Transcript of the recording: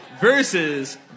versus